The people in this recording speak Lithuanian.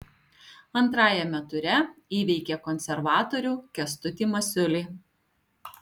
antrajame ture įveikė konservatorių kęstutį masiulį